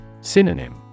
Synonym